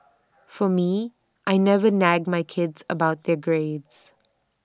for me I never nag my kids about their grades